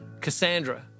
Cassandra